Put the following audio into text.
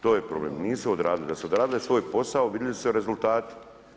To je problem, nisu odradile, da su odradile svoj posao, vidjeli bi se rezultati.